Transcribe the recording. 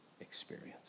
experience